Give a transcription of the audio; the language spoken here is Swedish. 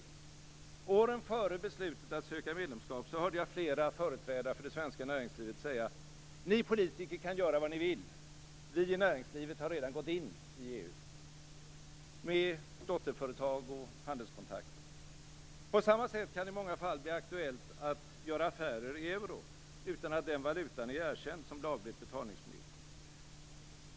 Våren före beslutet att söka medlemskap hörde jag flera företrädare för det svenska näringslivet säga: "Ni politiker kan göra vad ni vill. Vi i näringslivet har redan gått in i EU med dotterföretag och handelskontakter." På samma sätt kan det i många fall bli aktuellt att göra affärer i euro utan att den valutan är erkänd som lagligt betalningsmedel.